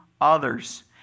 others